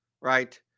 Right